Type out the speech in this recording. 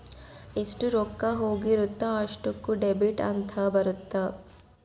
ಎಷ್ಟ ರೊಕ್ಕ ಹೋಗಿರುತ್ತ ಅಷ್ಟೂಕ ಡೆಬಿಟ್ ಅಂತ ಬರುತ್ತ